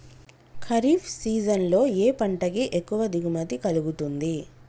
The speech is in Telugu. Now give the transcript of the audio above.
ఖరీఫ్ సీజన్ లో ఏ పంట కి ఎక్కువ దిగుమతి కలుగుతుంది?